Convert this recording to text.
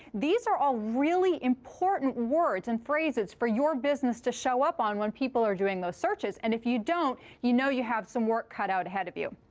these are all really important words and phrases for your business to show up on when people are doing those searches. and if you don't, you know you have some work cut out ahead of you.